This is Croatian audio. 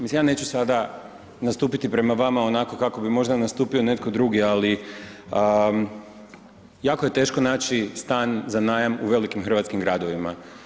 Mislim ja neću sada nastupiti prema vama onako kako bi možda nastupio netko drugi, ali jako je teško naći stan za najam u velikim hrvatskim gradovima.